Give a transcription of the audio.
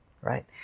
Right